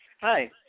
Hi